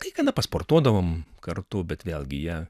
kai kada pasportuodavom kartu bet vėlgi jie